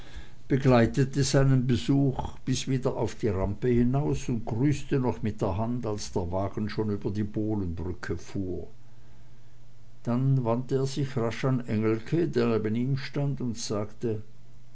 begleitete seinen besuch bis wieder auf die rampe hinaus und grüßte noch mit der hand als der wagen schon über die bohlenbrücke fuhr dann wandte er sich rasch an engelke der neben ihm stand und sagte